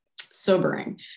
sobering